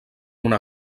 una